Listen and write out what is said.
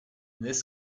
this